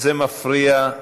זה מפריע,